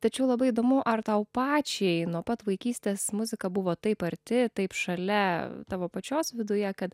tačiau labai įdomu ar tau pačiai nuo pat vaikystės muzika buvo taip arti taip šalia tavo pačios viduje kad